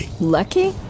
Lucky